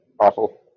awful